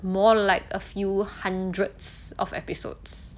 more like a few hundreds of episodes